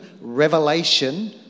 revelation